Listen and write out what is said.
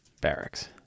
barracks